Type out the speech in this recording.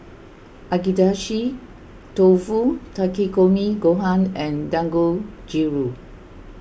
Agedashi Dofu Takikomi Gohan and Dangojiru